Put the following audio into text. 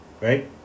right